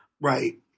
Right